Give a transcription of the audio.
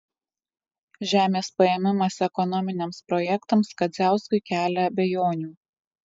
žemės paėmimas ekonominiams projektams kadziauskui kelia abejonių